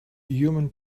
human